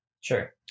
Sure